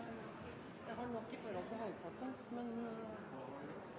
jeg har nok lyst til